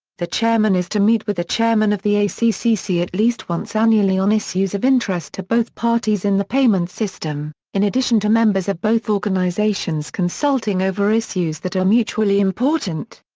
the chairman is to meet with the chairman of the accc at least once annually on issues of interest to both parties in the payments system, in addition to members of both organisations consulting over issues that are mutually important.